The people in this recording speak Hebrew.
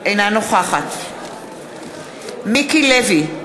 אינה נוכחת מיקי לוי,